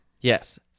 Yes